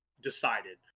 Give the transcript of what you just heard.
decided